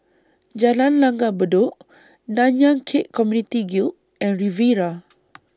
Jalan Langgar Bedok Nanyang Khek Community Guild and Riviera